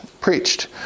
preached